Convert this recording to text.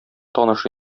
таныш